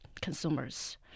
consumers